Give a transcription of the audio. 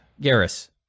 Garrus